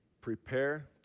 prepare